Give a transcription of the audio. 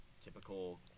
typical